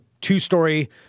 two-story